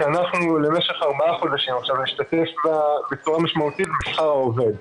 כי אנחנו במשך ארבעה חודשים נשתתף בצורה משמעותית בשכר העובד.